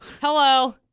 hello